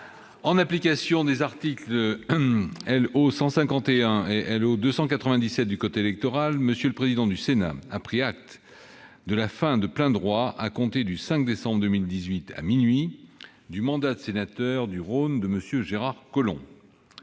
En application des articles L.O. 151 et L.O. 297 du code électoral, M. le président du Sénat a pris acte de la fin de plein droit, à compter du 5 décembre 2018, à minuit, du mandat de sénateur du Rhône de M. Gérard Collomb.